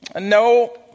No